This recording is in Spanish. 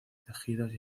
tejidos